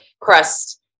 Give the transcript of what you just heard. crust